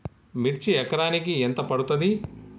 మిర్చి ఎకరానికి ఎంత పండుతది?